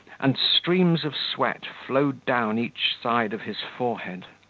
and streams of sweat flowed down each side of his forehead.